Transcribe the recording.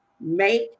make